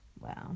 Wow